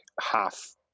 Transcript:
half-